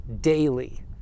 daily